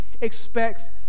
expects